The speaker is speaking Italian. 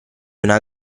una